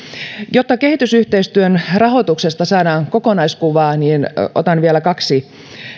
jotta kehitysyhteistyön rahoituksesta saadaan kokonaiskuvaa niin otan vielä kaksi